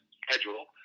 schedule